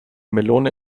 melone